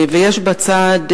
ויש בה צעד,